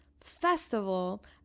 festival